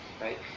right